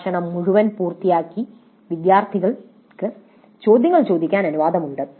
പ്രഭാഷണം മുഴുവൻ പൂർത്തിയാക്കി വിദ്യാർത്ഥികൾക്ക് ചോദ്യങ്ങൾ ചോദിക്കാൻ അനുവാദമുണ്ട്